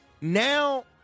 Now